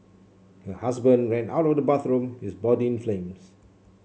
her husband ran out of the bathroom his body in flames